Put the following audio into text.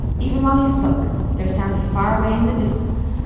even while he spoke there sounded far away in the distance,